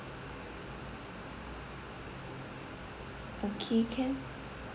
okay can